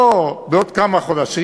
לא בעוד כמה חודשים.